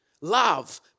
love